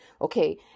Okay